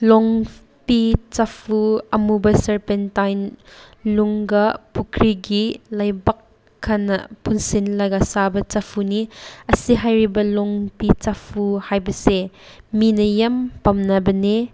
ꯂꯣꯡꯄꯤ ꯆꯐꯨ ꯑꯃꯨꯕ ꯁꯔꯄꯦꯟꯇꯥꯏꯟ ꯂꯨꯡꯒ ꯄꯨꯈ꯭ꯔꯤꯒꯤ ꯂꯩꯕꯥꯛ ꯈꯩꯅ ꯄꯨꯟꯁꯤꯜꯂꯒ ꯁꯥꯕ ꯆꯐꯨꯅꯤ ꯑꯁꯤ ꯍꯥꯏꯔꯤꯕ ꯂꯣꯡꯄꯤ ꯆꯐꯨ ꯍꯥꯏꯕꯁꯦ ꯃꯤꯅ ꯌꯥꯝ ꯄꯥꯝꯅꯕꯅꯦ